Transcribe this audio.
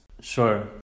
Sure